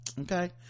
okay